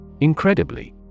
Incredibly